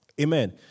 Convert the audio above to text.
Amen